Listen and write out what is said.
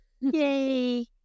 Yay